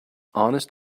honest